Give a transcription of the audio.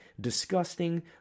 disgusting